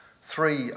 three